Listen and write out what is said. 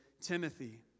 Timothy